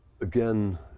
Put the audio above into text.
again